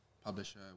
publisher